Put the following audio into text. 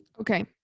Okay